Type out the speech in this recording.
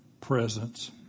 presence